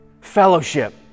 Fellowship